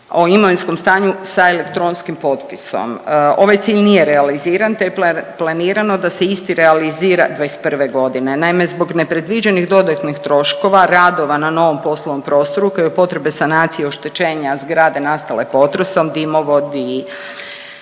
o imovinskom stanju sa elektronskim potpisom. Ovaj cilj nije realiziran, te je planirano da se isti realizira '21.g.. Naime, zbog nepredviđenih dodatnih troškova, radova na novom poslovnom prostoru, kao i potrebe sanacije oštećenja zgrade nastale potresom, dimovodi